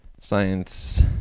science